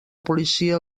policia